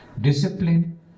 Discipline